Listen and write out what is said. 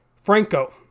Franco